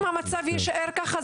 אם המצב יישאר ככה,